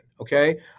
okay